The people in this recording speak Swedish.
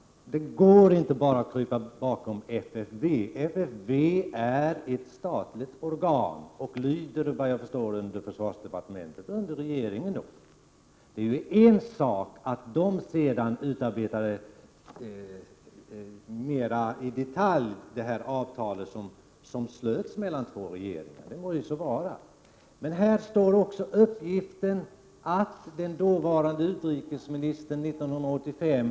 Det går inte att bara krypa bakom FFV. FFV är ju ett statligt organ som lyder, såvitt jag förstår, under försvarsdepartementet — alltså under regeringen. Det är en sak att FFV mera i detalj utarbetade det avtal som slöts mellan två regeringar. Det må så vara, men här finns också uppgiften att den dåvarande utrikesministern blev informerad 1965.